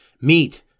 Meet